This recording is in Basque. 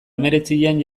hemeretzian